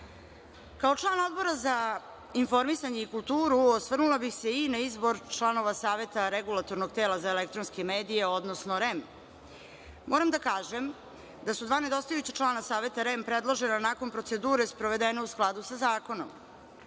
član Odbora za informisanje i kulturu osvrnula bih se i na izbor članova Saveta regulatornog tela za elektronske medije, odnosno REM. Moram da kažem da su dva nedostajuća član Saveta REM predložena nakon procedure sprovedene u skladu sa